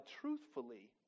truthfully